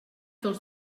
dels